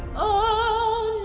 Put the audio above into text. oh